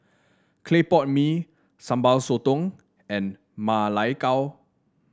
Clay Pot Mee Sambal Sotong and Ma Lai Gao